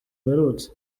mperutse